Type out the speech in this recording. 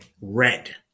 red